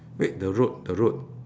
wait the road the road